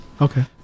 Okay